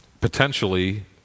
potentially